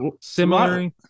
similar